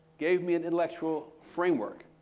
gave me an intellectual framework,